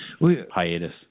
hiatus